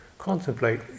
contemplate